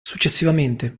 successivamente